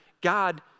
God